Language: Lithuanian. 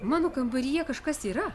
mano kambaryje kažkas yra